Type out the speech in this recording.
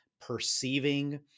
perceiving